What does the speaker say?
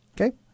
okay